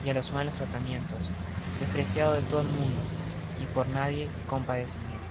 y á los malos tratamientos despreciado de todo el muudo y por nadie compadecido